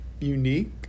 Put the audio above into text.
unique